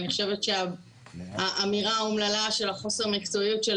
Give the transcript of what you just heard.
אני חושבת שהאמירה האומללה של חוסר המקצועיות של